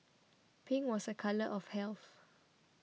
pink was a colour of health